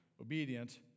obedient